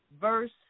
verse